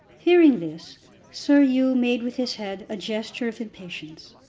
hearing this sir hugh made with his head a gesture of impatience.